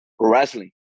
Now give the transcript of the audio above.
wrestling